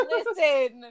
Listen